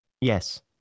Yes